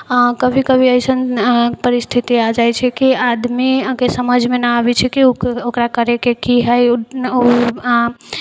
हँ कभी कभी ऐसन परिस्थिति आ जाइत छै कि आदमीके समझमे नहि आबैत छै कि ओकरा करयके की हइ